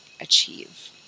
achieve